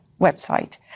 website